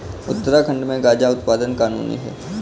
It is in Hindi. उत्तराखंड में गांजा उत्पादन कानूनी है